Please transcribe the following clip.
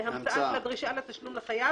והמצאה של הדרישה לתשלום לחייב,